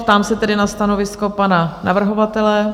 Ptám se tedy na stanovisko pana navrhovatele?